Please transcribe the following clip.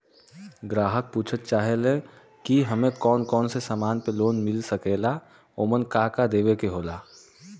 ग्राहक पुछत चाहे ले की हमे कौन कोन से समान पे लोन मील सकेला ओमन का का देवे के होला?